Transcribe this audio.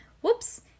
Whoops